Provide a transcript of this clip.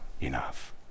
enough